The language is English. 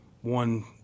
one